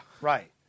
right